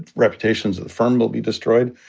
reputations of the firm will be destroyed.